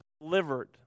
delivered